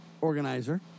organizer